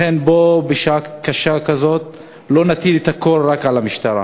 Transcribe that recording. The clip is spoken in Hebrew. לכן בשעה קשה כזאת בואו לא נטיל את הכול רק על המשטרה.